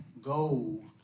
gold